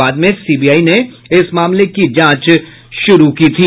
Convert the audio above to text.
बाद में सीबीआई ने इस मामले की जांच शुरू की थी